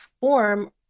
form